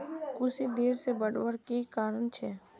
कुशी देर से बढ़वार की कारण छे?